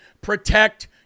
protect